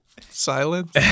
Silence